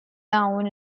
down